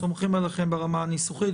אנחנו סומכים עליכם ברמה הניסוחית.